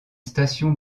station